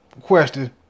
question